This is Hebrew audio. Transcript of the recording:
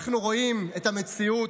אנחנו רואים את המציאות,